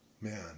Man